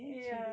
ya